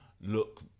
look